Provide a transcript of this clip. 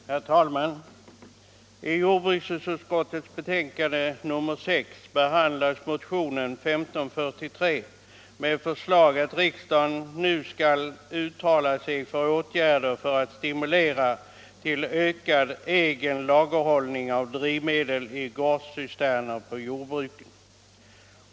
Herr talman! I jordbruksutskottets betänkande nr 6 behandlas motionen 1543 med förslag att riksdagen nu skall uttala sig för åtgärder för att stimulera till ökad egen lagerhållning av drivmedel i gårdscisterner på jordbruken.